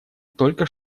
только